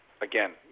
again